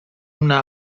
una